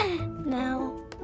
No